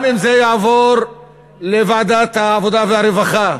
גם אם זה יעבור לוועדת העבודה והרווחה,